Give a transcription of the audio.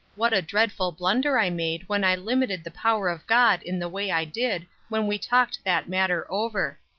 what a dreadful blunder i made when i limited the power of god in the way i did when we talked that matter over!